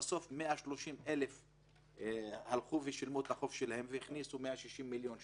בסוף 130,000 הלכו ושילמו את החוב שלהם והכניסו 160 מיליון שקל.